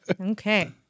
Okay